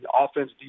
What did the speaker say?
offense